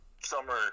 summer